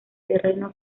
terreno